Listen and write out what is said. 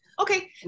Okay